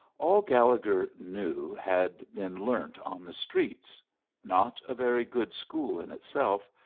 all gallegher knew had been learnt on the streets not a very good school in itself,